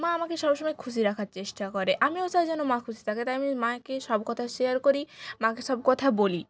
মা আমাকে সবসময় খুশি রাখার চেষ্টা করে আমিও চাই যেন মা খুশি থাকে তাই আমি মাকে সব কথা শেয়ার করি মাকে সব কথা বলি